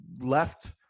left